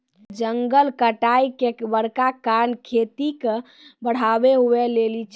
जंगल कटाय के बड़का कारण खेती के बढ़ाबै हुवै लेली छै